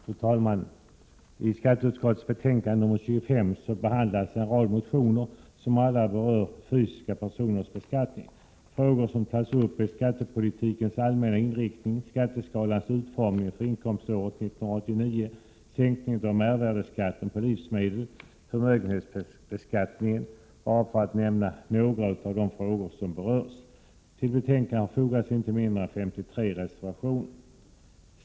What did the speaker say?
Fru talman! I skatteutskottets betänkande nr 25 behandlas en rad motioner som alla berör fysiska personers beskattning. Frågor som tas upp är skattepolitikens allmänna inriktning, skatteskalans utformning för inkomståret 1989, sänkning av mervärdeskatten på livsmedel, förmögenhetsbeskattning, bara för att nämna några. Till betänkandet har fogats inte mindre än 53 reservationer.